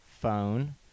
phone